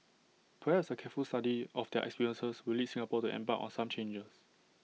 perhaps A careful study of their experiences will lead Singapore to embark on some changes